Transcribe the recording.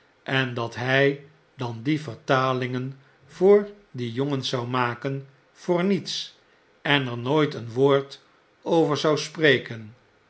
en dat hy dan die vertalingen voor die jongens zou maken voor niets en er nooit een woord over zou spreken